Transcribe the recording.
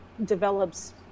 develops